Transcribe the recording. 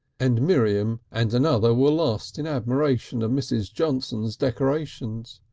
and miriam and another were lost in admiration of mrs. johnson's decorations.